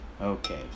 okay